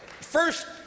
First